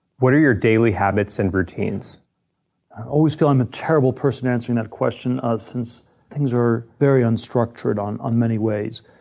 what are your daily habits and routines? i always feel i'm a terrible person answering that question ah since things are very unstructured on on many ways.